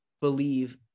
believe